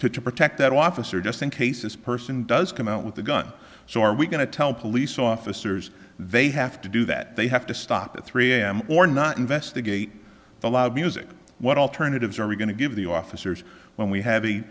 noise to protect that officer just in case this person does come out with a gun so are we going to tell police officers they have to do that they have to stop at three am or not investigate the loud music what alternatives are we going to give the officers when we have a